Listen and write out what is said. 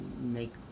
make